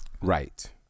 right